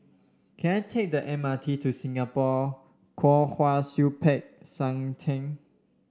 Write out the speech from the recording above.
can I take the M R T to Singapore Kwong Wai Siew Peck San Theng